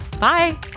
Bye